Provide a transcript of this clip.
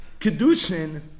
Kedushin